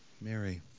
Mary